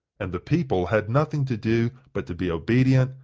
and the people had nothing to do but to be obedient,